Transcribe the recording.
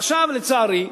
ועכשיו, לצערי,